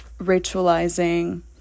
ritualizing